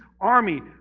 army